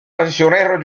pensionnaire